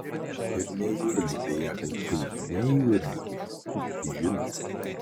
ir ne jūrligė ją kankina ne jūrligė jūs tai žinote